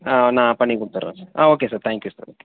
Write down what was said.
ஆ நான் பண்ணி கொடுத்துறேன் சார் ஆ okay sir thank you sir okay